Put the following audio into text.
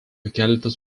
keletas